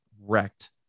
wrecked